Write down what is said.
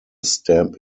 stamp